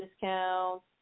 discounts